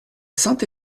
saint